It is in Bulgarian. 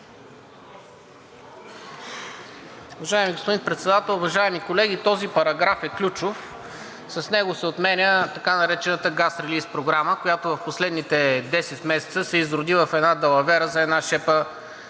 Уважаеми господин Председател, уважаеми колеги! Този параграф е ключов. С него се отменя така наречената газ релийз програма, която в последните 10 месеца се е изродила в една далавера за една шепа